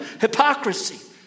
Hypocrisy